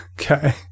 Okay